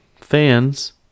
fans